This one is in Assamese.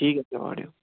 ঠিক আছে বাৰু দিয়ক